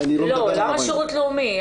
לא, למה שירות לאומי?